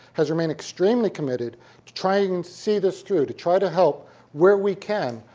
has remained extremely committed to try and and see this through, to try to help where we can,